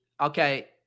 okay